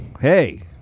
hey